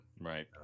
Right